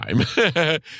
time